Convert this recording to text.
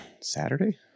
Saturday